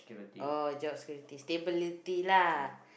oh job security stability lah